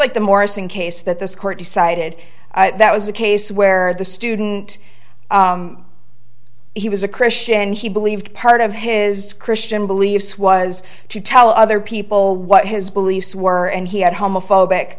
like the morrison case that this court decided that was a case where the student he was a christian he believed part of his christian beliefs was to tell other people what his beliefs were and he had homophobic